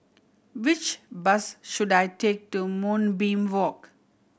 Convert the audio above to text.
which bus should I take to Moonbeam Walk